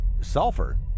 Sulfur